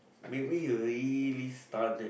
make me uh really stun eh